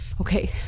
Okay